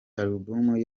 album